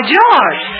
George